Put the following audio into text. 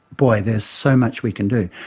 boy, there's so much we can do.